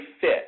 fit